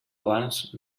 abans